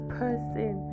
person